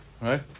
right